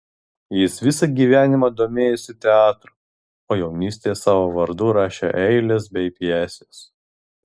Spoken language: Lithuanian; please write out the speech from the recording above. jis visą gyvenimą domėjosi teatru o jaunystėje savo vardu rašė eiles bei pjeses